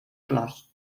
plors